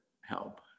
help